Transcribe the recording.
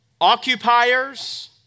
occupiers